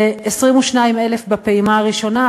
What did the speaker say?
לכ-22,000 בפעימה הראשונה,